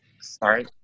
Sorry